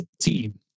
Team